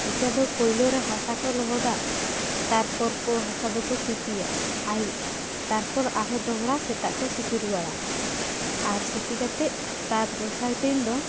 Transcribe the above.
ᱤᱴᱟᱹ ᱫᱚ ᱯᱳᱭᱞᱳᱨᱮ ᱦᱟᱥᱟ ᱠᱚ ᱞᱚᱦᱚᱫᱟ ᱛᱟᱨᱯᱚᱨ ᱠᱚ ᱦᱟᱥᱟ ᱫᱚᱠᱚ ᱥᱤᱯᱤᱭᱟ ᱟᱭᱩᱵ ᱛᱟᱨᱯᱚᱨ ᱟᱨᱦᱚᱸ ᱫᱚᱦᱲᱟ ᱥᱮᱛᱟᱜ ᱠᱚ ᱥᱤᱯᱤ ᱨᱩᱣᱟᱹᱲᱟ ᱟᱨ ᱥᱤᱯᱤ ᱠᱟᱛᱮ ᱛᱟᱨ ᱫᱚᱥᱟᱨ ᱫᱤᱱ ᱫᱚ